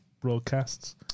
broadcasts